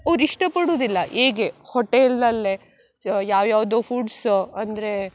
ಅವ್ರು ಇಷ್ಟಪಡುವುದಿಲ್ಲ ಹೀಗೆ ಹೋಟೆಲ್ಲಲ್ಲೇ ಯಾವ್ಯಾವುದೋ ಫುಡ್ಸ ಅಂದರೆ